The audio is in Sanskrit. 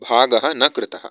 भागः न कृतः